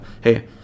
hey